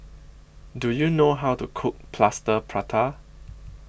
Do YOU know How to Cook Plaster Prata